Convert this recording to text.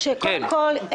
קודם כל,